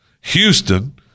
Houston